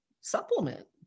supplement